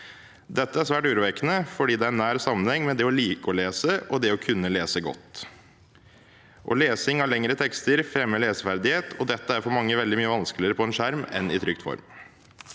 Dette er svært urovekkende, for det er en nær sammenheng mellom det å like å lese og det å kunne lese godt. Lesing av lengre tekster fremmer leseferdighet, og dette er for mange veldig mye vanskeligere på en skjerm enn i trykt form.